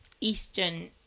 eastern